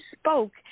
spoke